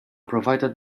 provided